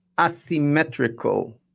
asymmetrical